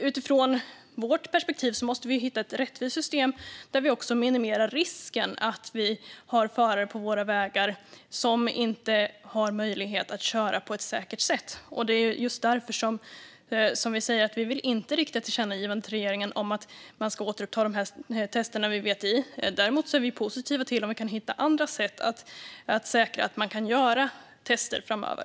Utifrån vårt perspektiv måste vi hitta ett rättvist system där vi också minimerar risken att vi har förare på våra vägar som inte har möjlighet att köra på ett säkert sätt. Det är just därför som vi säger att vi inte vill rikta ett tillkännagivande till regeringen om att man ska återuppta dessa tester vid VTI. Däremot är vi positiva till att hitta andra sätt att säkra att man kan göra tester framöver.